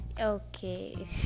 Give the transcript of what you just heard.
okay